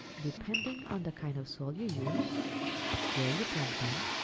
depending on the kind of soil you use where you plant them,